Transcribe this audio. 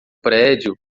prédio